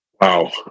Wow